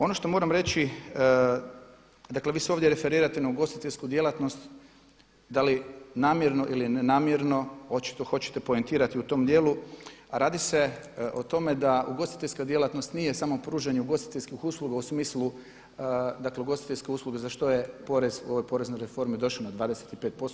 Ono što moram reći, dakle vi se ovdje referirate na ugostiteljsku djelatnost da li namjerno ili nenamjerno očito hoćete poentirati u tome dijelu, a radi se o tome da ugostiteljska djelatnost nije samo pružanje ugostiteljskih usluga u smislu, dakle ugostiteljske usluge za što je porez u ovoj poreznoj reformi došao na 25%